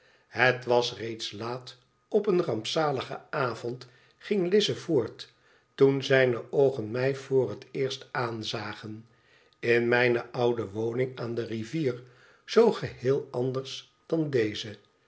het was reeds laat op een rampzaligen avond ging lize voort toen zijne oogen mij voor het eerst aanzagen in mijne oude woning aan de rivier zoo geheel anders dan deze